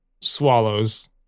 swallows